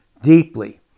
Deeply